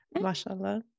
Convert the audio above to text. Mashallah